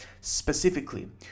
Specifically